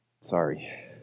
Sorry